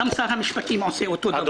גם שר המשפטים עושה את אותו דבר.